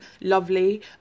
lovely